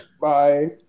Bye